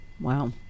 Wow